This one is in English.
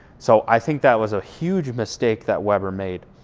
so i think that was a huge mistake that weber made.